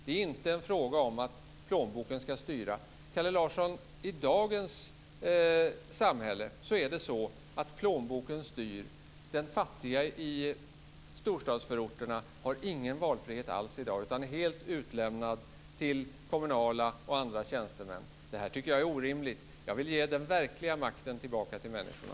Det är inte en fråga om att plånboken ska styra. Kalle Larsson, i dagens samhälle är det så att plånboken styr. De fattiga i storstadsförorterna har ingen valfrihet alls i dag, utan är helt utlämnade till kommunala och andra tjänstemän. Det tycker jag är orimligt. Jag vill ge den verkliga makten tillbaka till människorna.